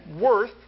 worth